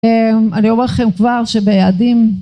אני אומר לכם כבר שביעדים